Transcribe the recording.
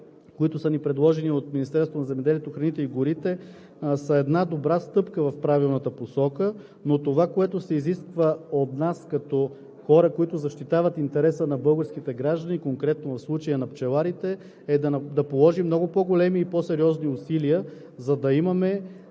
на земеделието, храните и горите, са една добра стъпка в правилната посока. Но това, което се изисква от нас, като хора, които защитават интереса на българските граждани, конкретно в случая – на пчеларите, е да положим много по-големи и по-сериозни усилия, за да имаме